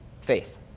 faith